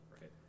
right